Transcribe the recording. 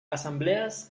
asambleas